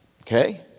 Okay